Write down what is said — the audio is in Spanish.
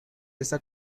esta